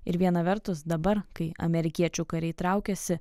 ir viena vertus dabar kai amerikiečių kariai traukiasi